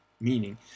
meaning